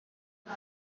این